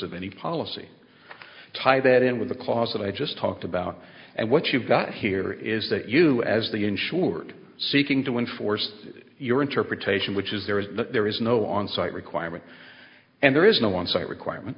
of any policy tie that in with the clause that i just talked about and what you've got here is that you as the insured seeking to enforce your interpretation which is there is that there is no on site requirement and there is no on site requirement